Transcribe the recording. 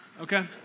okay